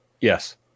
yes